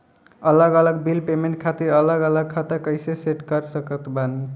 अलग अलग bill payment खातिर अलग अलग खाता कइसे सेट कर सकत बानी?